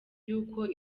yuko